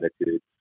attitude